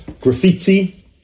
graffiti